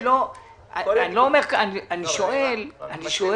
אני רק מבהיר את מה שאמרתי,